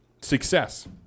success